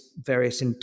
various